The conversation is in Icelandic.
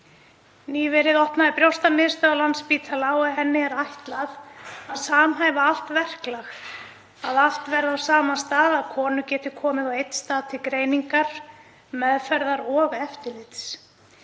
Nýverið opnaði brjóstamiðstöð á Landspítala en henni er ætlað að samhæfa allt verklag, að allt verði á sama stað, að konur geti komið á einn stað til greiningar, meðferðar og eftirlits.